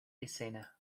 escena